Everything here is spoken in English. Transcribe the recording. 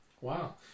wow